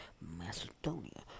Macedonia